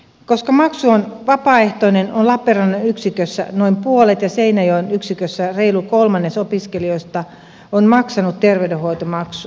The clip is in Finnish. koska maksu on vapaaehtoinen on lappeenrannan yksikössä noin puolet ja seinäjoen yksikössä reilu kolmannes opiskelijoista maksanut terveydenhoitomaksun